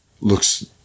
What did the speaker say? looks